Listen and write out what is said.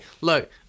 look